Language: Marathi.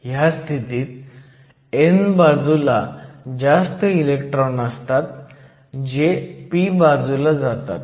ह्या स्थितीत n बाजूला जास्त इलेक्ट्रॉन असतात जे p बाजूला जातात